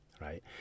right